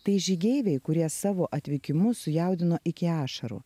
tai žygeiviai kurie savo atvykimu sujaudino iki ašarų